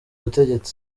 butegetsi